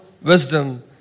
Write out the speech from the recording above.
wisdom